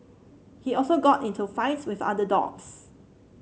he also got into fights with other dogs